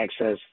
access